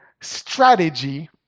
strategy